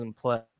play